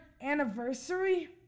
anniversary